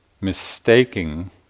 mistaking